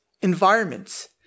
environments